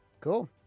Cool